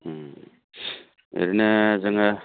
ओरैनो जोङो